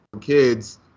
kids